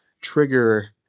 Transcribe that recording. trigger